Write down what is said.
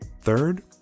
Third